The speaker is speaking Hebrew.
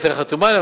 ישראל חתומה עליהם,